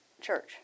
Church